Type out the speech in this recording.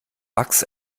wachs